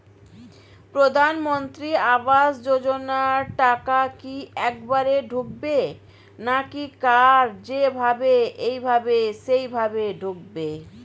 প্রধানমন্ত্রী আবাস যোজনার টাকা কি একবারে ঢুকবে নাকি কার যেভাবে এভাবে সেভাবে ঢুকবে?